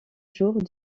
jours